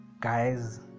Guys